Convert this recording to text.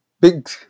big